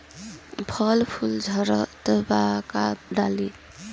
फल फूल झड़ता का डाली?